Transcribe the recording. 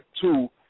two